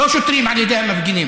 לא שוטרים על ידי המפגינים,